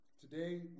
Today